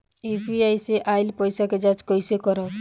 UPI से आइल पईसा के जाँच कइसे करब?